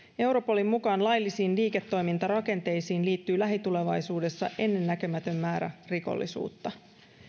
europolin mukaan laillisiin liiketoimintarakenteisiin liittyy lähitulevaisuudessa ennennäkemätön määrä rikollisuutta